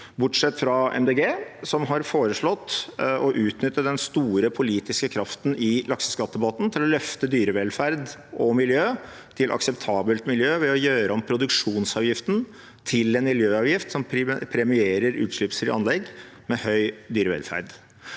De Grønne, som har foreslått å utnytte den store politiske kraften i lakseskattdebatten til å løfte dyrevelferd og miljø til akseptabelt miljø ved å gjøre om produksjonsavgiften til en miljøavgift som premierer utslippsfrie anlegg med høy dyrevelferd.